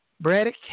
Braddock